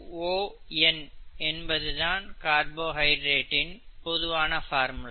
n என்பதுதான் கார்போஹைட்ரேட்டின் பொதுவான பார்முலா